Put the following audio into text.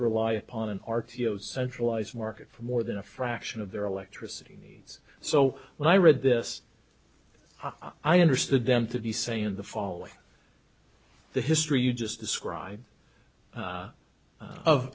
rely upon an arc centralized market for more than a fraction of their electricity needs so when i read this i understood them to be saying the following the history you just described